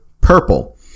purple